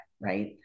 right